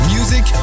Music